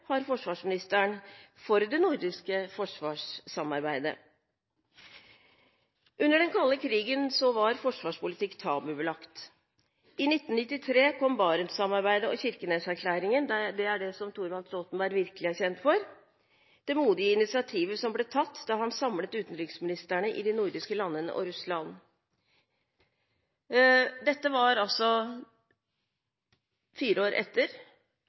har forsvarsministeren for det nordiske forsvarssamarbeidet? Under den kalde krigen var forsvarspolitikk tabubelagt. I 1993 kom Barents-samarbeidet og Kirkenes-erklæringen. Det er det Thorvald Stoltenberg virkelig er kjent for: Det modige initiativet han tok da han samlet utenriksministrene i de nordiske landene og Russland. Dette var altså fire år etter